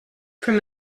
from